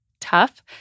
tough